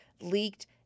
leaked